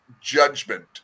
judgment